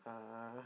ah